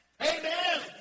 Amen